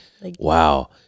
wow